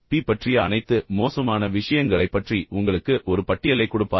B பற்றிய அனைத்து மோசமான விஷயங்களை பற்றி உங்களுக்கு ஒரு பட்டியலைக் கொடுப்பார்